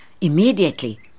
Immediately